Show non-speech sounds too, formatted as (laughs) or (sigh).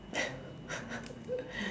(laughs)